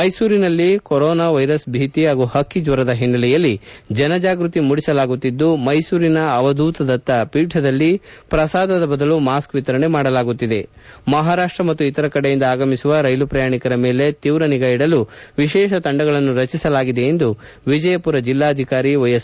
ಮೈಸೂರಿನಲ್ಲಿ corona virus ಭೀತಿ ಹಾಗೂ ಪಕ್ಕಿಜ್ವರದ ಓನ್ನೆಲೆಯಲ್ಲಿ ಜನಜಾಗೃತಿ ಮೂಡಿಸಲಾಗುತ್ತಿದ್ದು ಮೈಸೂರಿನ ಅವಧೂತದತ್ತ ಪೀಠದಲ್ಲಿ ಪ್ರಸಾದದ ಬದಲು ಮಾಸ್ಕ್ ವಿತರಣೆ ಮಾಡಲಾಗುತ್ತಿದೆ ಮಹಾರಾಷ್ಟ ಮತ್ತು ಇತರ ಕಡೆಯಿಂದ ಆಗಮಿಸುವ ರೈಲು ಪ್ರಯಾಣಿಕರ ಮೇಲೆ ತೀವ್ರ ನಿಗಾ ಇಡಲು ವಿಶೇಷ ತಂಡಗಳನ್ನು ರಚಿಸಲಾಗಿದೆ ಎಂದು ವಿಜಯಮರ ಜಿಲ್ಲಾಧಿಕಾರಿ ವೈಎಸ್